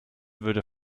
würde